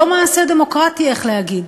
לא מעשה דמוקרטי, איך להגיד?